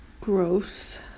gross